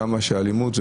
שאלימות היא